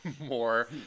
more